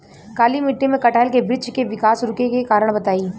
काली मिट्टी में कटहल के बृच्छ के विकास रुके के कारण बताई?